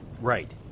Right